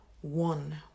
one